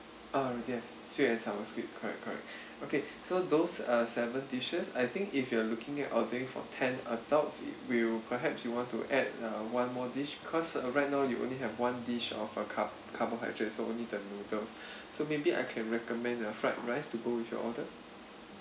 uh yes sweet and sour squid correct correct okay so those uh seven dishes I think if you are looking at ordering for ten adults it will perhaps you want to add one more dish cause right now you only have one dish of a car~ carbohydrates so only the noodles so maybe I can recommend uh fried rice to go with your order